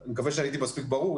אני מקווה שהייתי מספיק ברור.